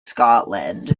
scotland